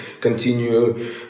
continue